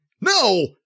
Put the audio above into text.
No